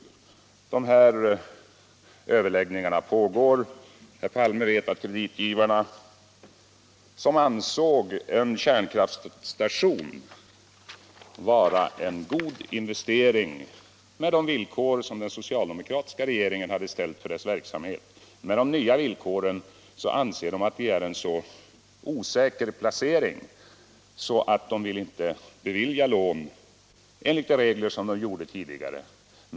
De överläggningarna pågår. Herr Palme vet att kreditgivarna, med de villkor som den socialdemokratiska regeringen hade ställt för denna verk Om användningen samhet, ansåg en kärnkraftsstation vara en god investering. Med de nya — av kärnkraft efter villkoren anser de att det är en så osäker placering, att de inte vill bevilja — år 1985 några lån enligt samma regler som tidigare.